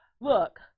Look